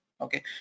okay